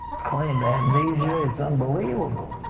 claimed amnesia. it's unbelievable.